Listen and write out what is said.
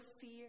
fear